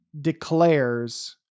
declares